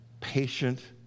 patient